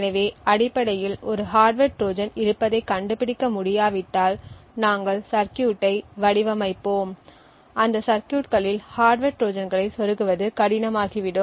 எனவே அடிப்படையில் ஒரு ஹார்ட்வர் ட்ரோஜன் இருப்பதைக் கண்டுபிடிக்க முடியாவிட்டால் நாங்கள் சர்கியூட்டை வடிவமைப்போம் அந்த சர்கியூட்களில் ஹார்ட்வர் ட்ரோஜான்களைச் சொருகுவது கடினமாகிவிடும்